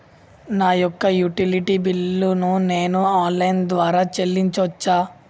నా యొక్క utility bill ను నేను ఆన్ లైన్ ద్వారా చెల్లించొచ్చా?